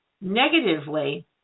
negatively